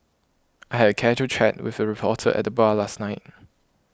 I had a casual chat with a reporter at the bar last night